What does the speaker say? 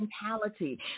mentality